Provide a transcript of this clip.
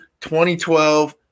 2012